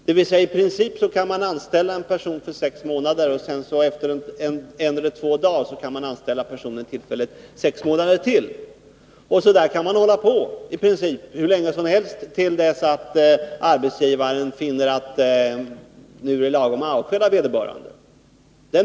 Då kan man i princip anställa en person på sex månader, och efter en eller två dagars uppehåll kan man anställa honom eller henne på sex månader till, och så kan man i princip hålla på hur länge som helst till dess att arbetsgivaren finner att nu är det lagom att avskeda vederbörande.